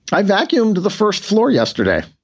i vacuumed the first floor yesterday.